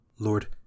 Lord